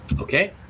Okay